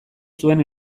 zuen